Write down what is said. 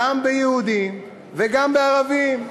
גם ביהודים וגם בערבים.